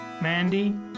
Mandy